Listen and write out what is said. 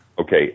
Okay